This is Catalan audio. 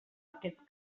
aquest